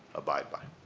abide by.